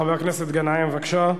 חבר הכנסת מסעוד גנאים, בבקשה.